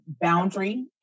boundary